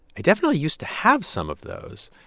i definitely used to have some of those.